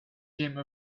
came